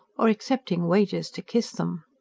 or accepting wagers to kiss them.